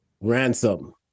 ransom